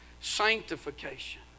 sanctification